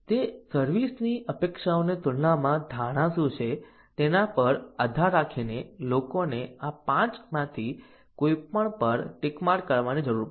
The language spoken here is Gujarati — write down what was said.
તેથી સર્વિસ ની અપેક્ષાઓની તુલનામાં ધારણા શું છે તેના પર આધાર રાખીને લોકોને આ 5 માંથી કોઈપણ પર ટિક માર્ક કરવાની જરૂર પડશે